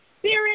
spirit